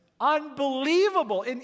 unbelievable